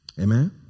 Amen